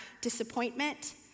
disappointment